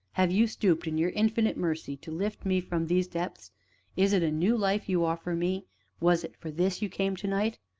have you stooped in your infinite mercy, to lift me from these depths is it a new life you offer me was it for this you came to-night?